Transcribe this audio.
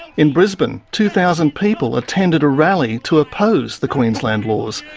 in brisbane, two thousand people attended a rally to oppose the queensland laws.